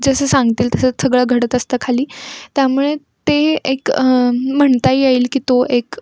जसं सांगतील तसं सगळं घडत असतं खाली त्यामुळे ते एक म्हणता येईल की तो एक